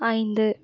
ஐந்து